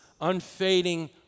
unfading